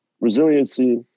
resiliency